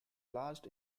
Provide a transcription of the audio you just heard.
last